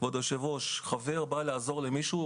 חבר בא לעזור למישהו,